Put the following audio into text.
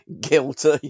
guilty